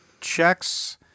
checks